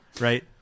Right